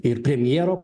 ir premjero